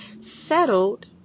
settled